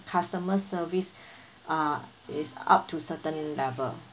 customer service uh is up to certain level